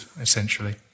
essentially